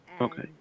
Okay